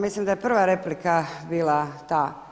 Mislim da je prva replika bila ta.